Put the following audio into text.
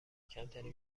کمترین